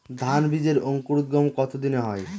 ধান বীজের অঙ্কুরোদগম কত দিনে হয়?